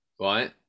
right